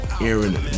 Aaron